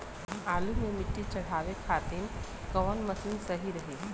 आलू मे मिट्टी चढ़ावे खातिन कवन मशीन सही रही?